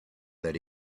that